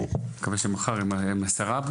זו פגישה עם השרה?